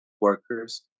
workers